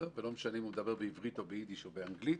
לא משנה אם הוא מדבר עברית, יידיש או אנגלית